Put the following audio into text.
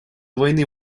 войны